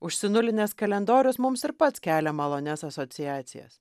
užsinulinęs kalendorius mums ir pats kelia malonias asociacijas